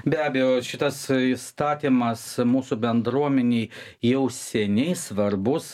be abejo šitas įstatymas mūsų bendruomenei jau seniai svarbus